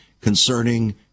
concerning